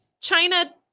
China